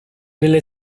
nella